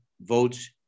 votes